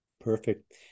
perfect